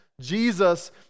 Jesus